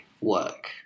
work